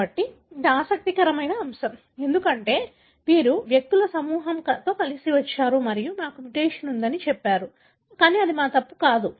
కాబట్టి ఇది ఆసక్తికరమైన అంశం ఎందుకంటే వీరు వ్యక్తుల సమూహం కలిసి వచ్చారు మరియు మాకు మ్యుటేషన్ ఉందని చెప్పారు కానీ అది మా తప్పు కాదు